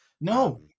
No